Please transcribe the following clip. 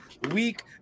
week